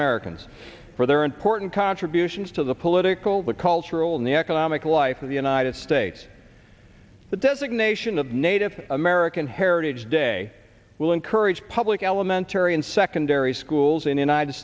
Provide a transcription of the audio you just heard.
americans for their important contributions to the political the cultural and the economic life of the united states the designation of native american heritage day will encourage public elementary and secondary schools in the united